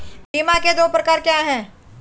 बीमा के दो प्रकार क्या हैं?